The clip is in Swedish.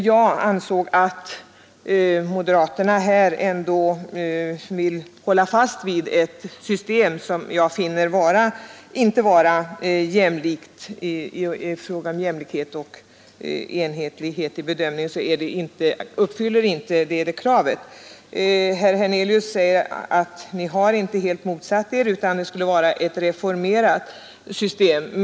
Jag ansåg att moderaterna här ändå vill hålla fast vid ett system som enligt min mening inte uppfyller kraven på jämlikhet och enhetlighet i bedömningen. Herr Hernelius säger att moderaterna inte helt motsätter sig propositionens förslag, utan det skulle vara ett reformerat system.